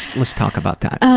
let's talk about that.